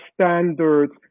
standards